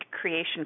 creation